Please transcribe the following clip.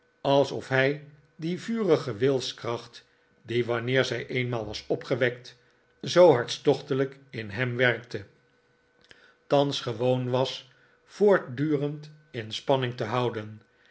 alsof hij die vurige wilskracht die wanneer zij eenmaal was opgewekt zoo hartstochtelijk in hem werkte thans gewoon was voortdurend in spanning te houden